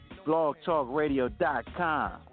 blogtalkradio.com